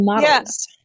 Yes